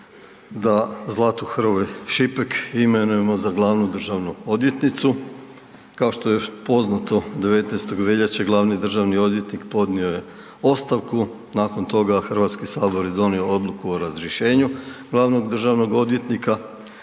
da Zlatu Hrvoj Šipek imenujemo za glavnu državnu odvjetnicu. Kao što je poznato 19.veljače glavni državni odvjetnik podnio je ostavku, nakon toga HS je donio odluku o razrješenju glavnog državnog odvjetnika.